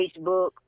facebook